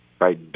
Right